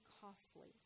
costly